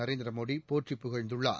நரேந்திரமோடி போற்றிப் புகழ்ந்துள்ளார்